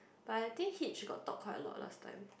but I think Hitch got talk quite a lot last time